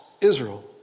Israel